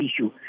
issue